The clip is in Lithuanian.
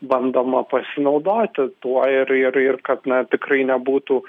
bandoma pasinaudoti tuo ir ir ir kad na tikrai nebūtų